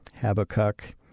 Habakkuk